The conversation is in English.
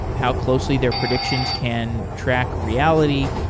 how closely their predictions can track reality.